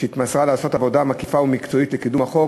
שהתמסרה ועשתה עבודה מקיפה ומקצועית לקידום החוק.